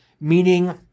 meaning